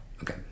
Okay